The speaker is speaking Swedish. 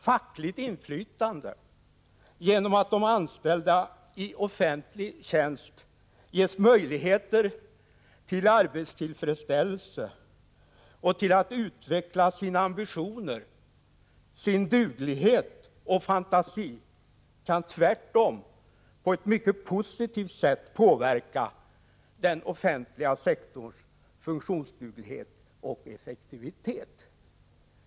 Fackligt inflytande genom att de anställda i offentlig tjänst ges möjligheter till arbetstillfredsställelse och till utveckling av sina ambitioner, sin duglighet och sin fantasi kan tvärtom på ett mycket positivt sätt påverka den offentliga sektorns funktionsduglighet och effektivitet.